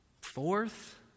Fourth